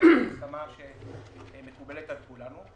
וזאת מוסכמה שמקובלת על כולנו,